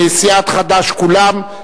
מסיעת חד"ש כולם,